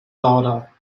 daughter